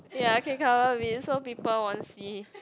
ya I can cover a bit so people won't see